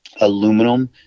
aluminum